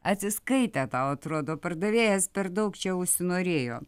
atsiskaitę tau atrodo pardavėjas per daug čia užsinorėjo